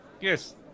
Yes